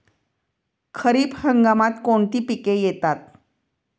खरीप हंगामात कोणती पिके येतात?